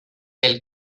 pel